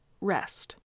rest